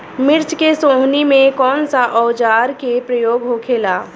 मिर्च के सोहनी में कौन सा औजार के प्रयोग होखेला?